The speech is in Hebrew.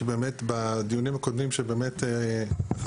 כי באמת בדיונים הקודמים שבאמת נכחנו,